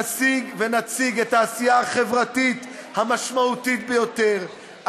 נשיג ונציג את העשייה החברתית המשמעותית ביותר,